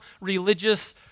religious